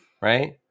Right